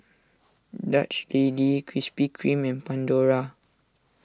Dutch Lady Krispy Kreme and Pandora